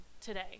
today